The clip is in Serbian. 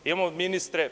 Imamo i ministre.